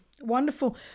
wonderful